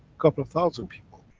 couple of thousand people.